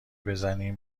بزنیم